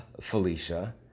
Felicia